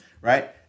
right